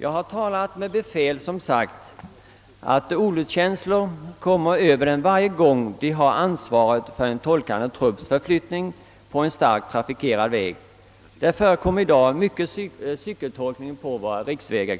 Jag har talat med befäl som uppgivit att olustkänslor kommer över dem varje gång de har ansvaret för en tolkande trupps förflyttning på en starkt trafikerad väg. Det förekommer i dag i stor utsträckning cykeltolkning på exempelvis våra riksvägar.